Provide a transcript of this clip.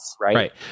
Right